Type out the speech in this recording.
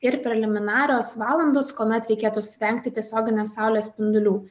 ir preliminarios valandos kuomet reikėtų vengti tiesioginės saulės spindulių